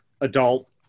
adult